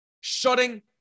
shutting